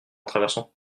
traversant